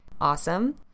awesome